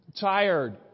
tired